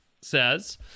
says